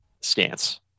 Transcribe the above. stance